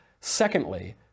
Secondly